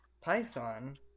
Python